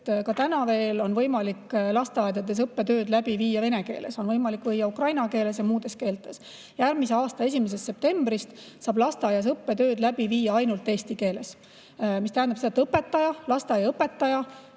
Praegu veel on võimalik lasteaedades õppetööd läbi viia vene keeles, on võimalik seda teha ka ukraina keeles ja muudes keeltes. Järgmise aasta 1. septembrist saab lasteaias õppetöö toimuda ainult eesti keeles. See tähendab seda, et lasteaiaõpetaja,